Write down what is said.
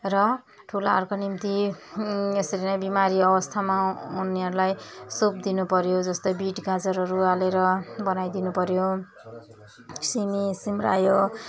र ठुलाहरूका निम्ति यसरी नै बिमारी अवस्थामा उनीहरूलाई सुप दिनु पऱ्यो जस्तै बिट गाजरहरू हालेर बनाइदिनु पऱ्यो सिमी सिमरायो